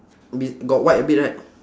be~ got white a bit right